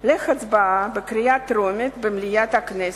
להצבעה בקריאה טרומית במליאת הכנסת.